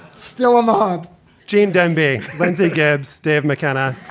still in the hot gene demby wednesday gabs dave mckenna.